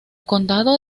condado